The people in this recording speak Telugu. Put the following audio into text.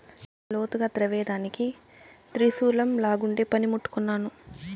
నేలను లోతుగా త్రవ్వేదానికి త్రిశూలంలాగుండే పని ముట్టు కొన్నాను